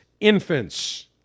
infants